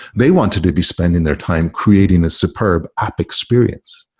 they wanted to be spending their time creating a superb app experience.